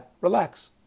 relax